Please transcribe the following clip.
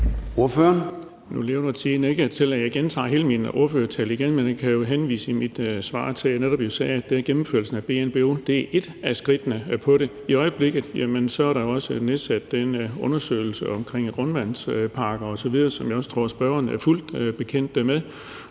(V): Nu tillader tiden ikke, at jeg gentager hele min ordførertale, men jeg kan jo i mit svar henvise til, at jeg netop også sagde, at gennemførelsen af BNBO'en er et af skridtene i forhold til det. Der er i øjeblikket også igangsat den undersøgelse omkring grundvandspakker osv., som jeg også tror at spørgeren er fuldt bekendt med.